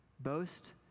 Boast